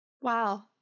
Wow